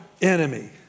enemy